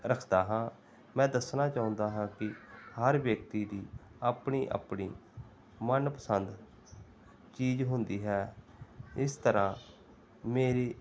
ਰੱਖਦਾ ਹਾਂ ਮੈਂ ਦੱਸਣਾ ਚਾਹੁੰਦਾ ਹਾਂ ਕਿ ਹਰ ਵਿਅਕਤੀ ਦੀ ਆਪਣੀ ਆਪਣੀ ਮਨਪਸੰਦ ਚੀਜ਼ ਹੁੰਦੀ ਹੈ ਇਸ ਤਰ੍ਹਾਂ ਮੇਰੀ